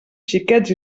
xiquets